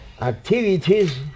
activities